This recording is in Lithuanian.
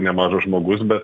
nemažas žmogus bet